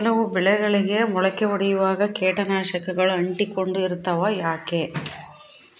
ಕೆಲವು ಬೆಳೆಗಳಿಗೆ ಮೊಳಕೆ ಒಡಿಯುವಾಗ ಕೇಟನಾಶಕಗಳು ಅಂಟಿಕೊಂಡು ಇರ್ತವ ಯಾಕೆ?